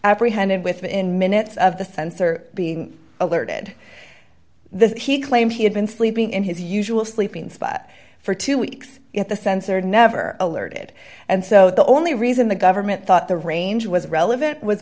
apprehended within minutes of the sensor being alerted this he claimed he had been sleeping in his usual sleeping spot for two weeks yet the sensor never alerted and so the only reason the government thought the range was relevant w